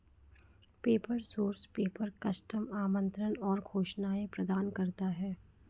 paper source paper, custom आमंत्रण और घोषणाएं प्रदान करता है